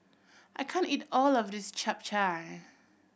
I can't eat all of this Chap Chai